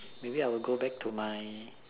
maybe I'll go back to my